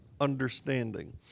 understanding